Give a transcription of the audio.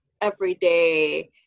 everyday